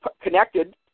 connected